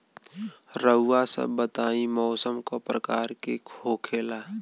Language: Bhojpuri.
रउआ सभ बताई मौसम क प्रकार के होखेला?